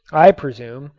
i presume,